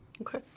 Okay